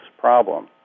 problem